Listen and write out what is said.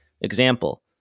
Example